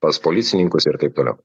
pas policininkus ir taip toliau